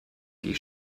die